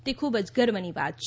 તે ખૂબ ગર્વની વાત છે